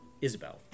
Isabel